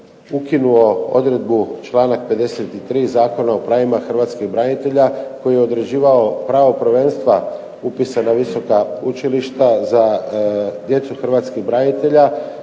ukinuo odredbu članak 53. Zakona o pravima hrvatskih branitelja koji je određivao pravo prvenstva upisana visoka učilišta za djecu hrvatskih branitelja,